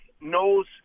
knows